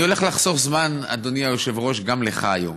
אני הולך לחסוך זמן, אדוני היושב-ראש, גם לך היום.